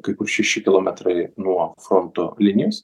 kai kur šeši kilometrai nuo fronto linijos